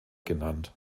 genannt